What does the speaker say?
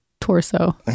torso